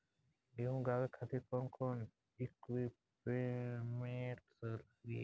गेहूं उगावे खातिर कौन कौन इक्विप्मेंट्स लागी?